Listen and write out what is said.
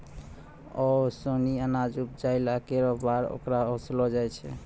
ओसौनी अनाज उपजाइला केरो बाद ओकरा ओसैलो जाय छै